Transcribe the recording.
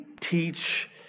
teach